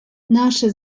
наше